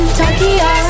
tokyo